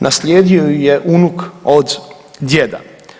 Naslijedio ju je unuk od djeda.